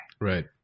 Right